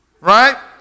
right